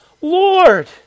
Lord